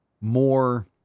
more